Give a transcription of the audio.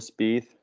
Spieth